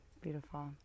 Beautiful